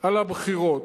על הבחירות?